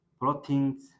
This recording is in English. proteins